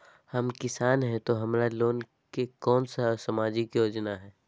हम किसान हई तो हमरा ले कोन सा सामाजिक योजना है?